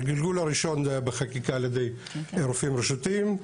הגלגול הראשון היה בחקיקה על ידי רופאים רשותיים,